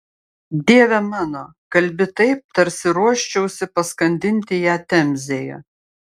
dieve mano kalbi taip tarsi ruoščiausi paskandinti ją temzėje